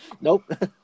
Nope